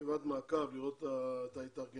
ישיבת מעקב לראות את ההתארגנות.